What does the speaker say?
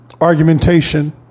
argumentation